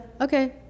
okay